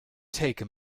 take